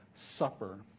supper